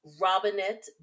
Robinette